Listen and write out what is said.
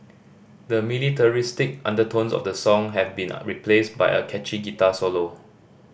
the militaristic undertones of the song have been replaced by a catchy guitar solo